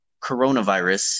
coronavirus